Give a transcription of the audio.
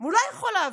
והוא לא יכול להפגין.